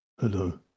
Hello